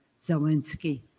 Zelensky